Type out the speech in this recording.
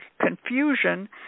confusion